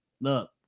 look